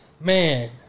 man